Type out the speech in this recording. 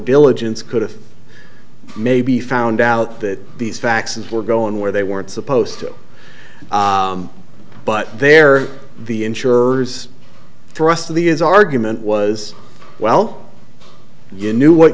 diligence could have maybe found out that these vaccines were going where they weren't supposed to but they're the insurers thrust of the is argument was well you knew what